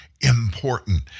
important